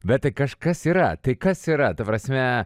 bet tai kažkas yra tai kas yra ta prasme